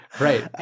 Right